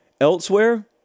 Elsewhere